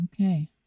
Okay